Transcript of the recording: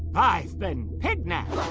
i've been pig-napped.